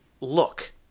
look